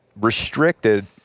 restricted